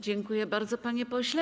Dziękuję bardzo, panie pośle.